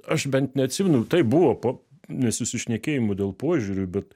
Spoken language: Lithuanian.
aš bent neatsimenu taip buvo nesusišnekėjimų dėl požiūrių bet